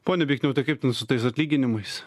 pone bikniau tai kaip ten su tais atlyginimais